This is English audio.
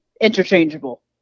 interchangeable